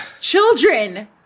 Children